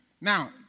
Now